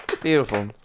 Beautiful